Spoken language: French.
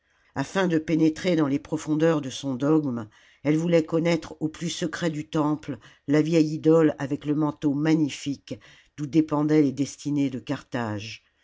afin de pénétrer dans les profondeurs de son dogme elle voulait connaître au plus secret du temple la vieille idole avec le manteau magnifique d'oii dépendaient les destinées de carthage